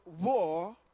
war